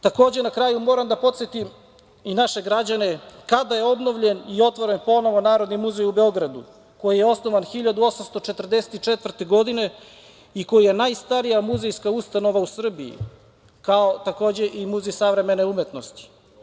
Takođe, na kraju, moram da podsetim naše građane kada je obnovljen i otvoren ponovo Narodni muzej u Beogradu, koji je osnovan 1844. godine i koji je najstarija muzejska ustanova u Srbiji, kao, takođe, i Muzej savremene umetnosti.